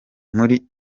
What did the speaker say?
muri